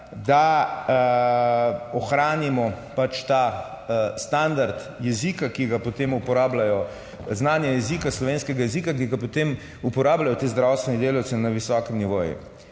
da ohranimo pač ta standard jezika, ki ga potem uporabljajo, znanje jezika, slovenskega jezika, ki ga potem uporabljajo ti zdravstveni delavci na visokem nivoju.